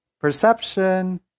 perception